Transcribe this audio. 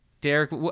Derek